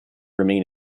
remain